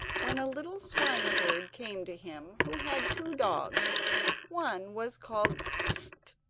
when a little swineherd came to him who had two dogs one was called psst,